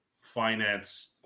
finance